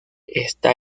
esta